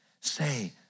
Say